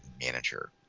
manager